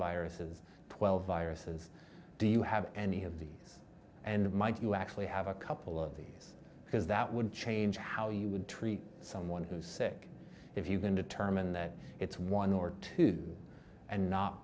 viruses twelve viruses do you have any of these and might you actually have a couple of these because that would change how you would treat someone who's sick if you can determine that it's one or two and not